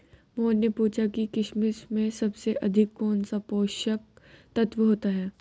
मोहन ने पूछा कि किशमिश में सबसे अधिक कौन सा पोषक तत्व होता है?